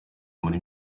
muri